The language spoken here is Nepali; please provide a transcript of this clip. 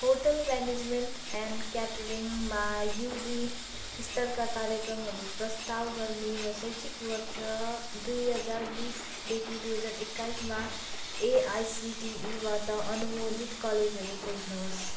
होटल म्यानेजमेन्ट एन्ड क्याटरिङमा युजी स्तरका कार्यक्रमहरू प्रस्ताव गर्ने र शैक्षिक वर्ष दुई हजार बिसदेखि दुई हजार एक्काइसमा एआइसिटिईबाट अनुमोदित कलेजहरू खोज्नुहोस्